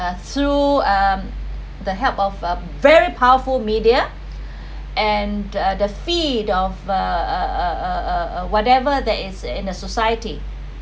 and through uh the help of a very powerful media and the feed of err whatever that is in a society